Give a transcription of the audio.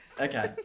Okay